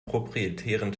proprietären